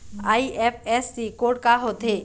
IFSC code का होथे?